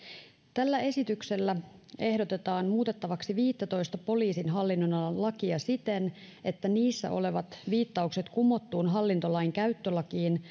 tällä esityksellä ehdotetaan muutettavaksi viittätoista poliisin hallinnonalan lakia siten että niissä olevat viittaukset kumottuun hallintolainkäyttölakiin